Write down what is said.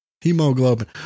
Hemoglobin